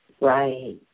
Right